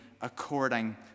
according